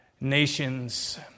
nations